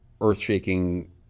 earth-shaking